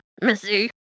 Missy